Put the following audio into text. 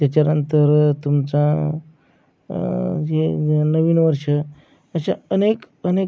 त्याच्यानंतर तुमचा हे नवीन वर्ष अशा अनेक अनेक